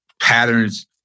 patterns